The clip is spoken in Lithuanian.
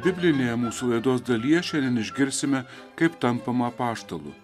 biblinėje mūsų laidos dalyje šiandien išgirsime kaip tampama apaštalu